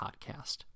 podcast